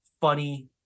funny